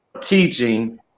teaching